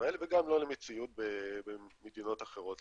בישראל וגם לא למציאות במדינות אחרות,